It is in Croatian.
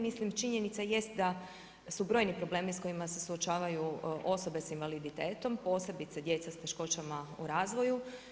Mislim činjenica jest da su brojni problemi sa kojima se suočavaju osobe sa invaliditetom posebice djeca sa teškoćama u razvoju.